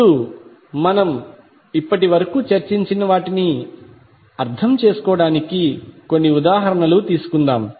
ఇప్పుడు మనం ఇప్పటివరకు చర్చించిన వాటిని అర్థం చేసుకోవడానికి కొన్ని ఉదాహరణలు తీసుకుందాం